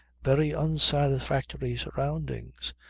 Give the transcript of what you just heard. very unsatisfactory surroundings.